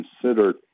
considered